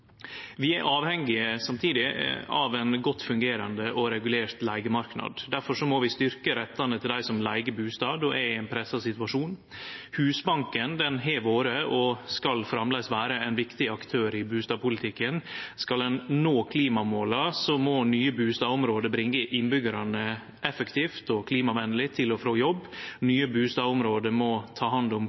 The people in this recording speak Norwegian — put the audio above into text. Vi er samtidig avhengige av ein godt fungerande og regulert leigemarknad. Difor må vi styrkje rettane til dei som leiger bustad og er i ein pressa situasjon. Husbanken har vore og skal framleis vere ein viktig aktør i bustadpolitikken. Skal ein nå klimamåla, må nye bustadområde bringe innbyggjarane effektivt og klimavenleg til og frå jobb. Nye bustadområde må ta hand om